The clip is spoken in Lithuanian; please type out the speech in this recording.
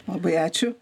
labai ačiū